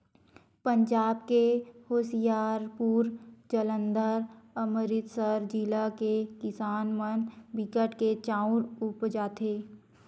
पंजाब के होसियारपुर, जालंधर, अमरितसर जिला के किसान मन बिकट के चाँउर उपजाथें